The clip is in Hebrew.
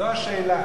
זו השאלה.